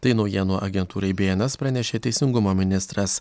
tai naujienų agentūrai bns pranešė teisingumo ministras